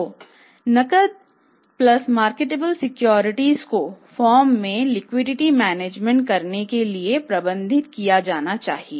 तो नकद plus marketable securities करने के लिए प्रबंधित किया जाना चाहिए